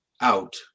out